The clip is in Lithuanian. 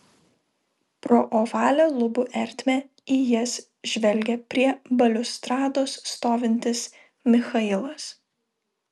pro ovalią lubų ertmę į jas žvelgė prie baliustrados stovintis michailas